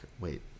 Wait